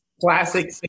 classic